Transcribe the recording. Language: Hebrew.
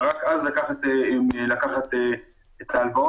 רק אז לקחת את ההלוואות,